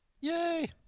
Yay